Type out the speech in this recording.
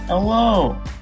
Hello